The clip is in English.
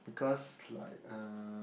because like uh